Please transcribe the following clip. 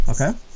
Okay